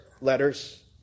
letters